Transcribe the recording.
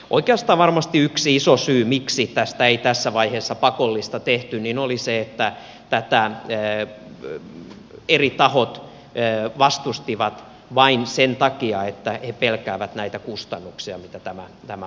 oikeastaan varmasti yksi iso syy miksi tästä ei tässä vaiheessa pakollista tehty oli se että tätä eri tahot vastustivat vain sen takia että he pelkäävät näitä kustannuksia mitä tämä aiheuttaa